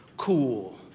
cool